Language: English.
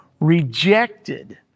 rejected